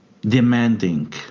demanding